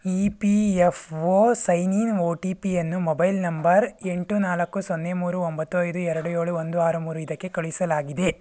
E P F O sign in O T ಪಿಯನ್ನು mobile number ಎಂಟು ನಾಲ್ಕು ಸೊನ್ನೆ ಮೂರು ಒಂಬತ್ತು ಐದು ಎರಡು ಏಳು ಒಂದು ಆರು ಮೂರು ಇದಕ್ಕೆ ಕಳುಹಿಸಲಾಗಿದೆ